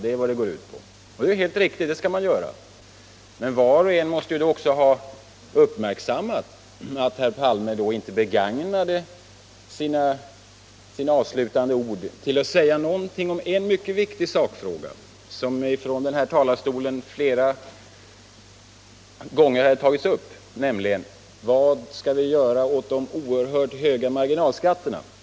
Det är också helt riktigt att man skall göra det, men var och en måste då ha uppmärksammat att herr Palme inte begagnade sina avslutande ord till att säga någonting om en mycket viktig sakfråga, som från denna talarstol flera gånger hade tagits upp, nämligen vad vi skall göra åt de oerhört höga marginalskatterna.